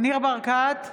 ניר ברקת,